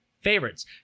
favorites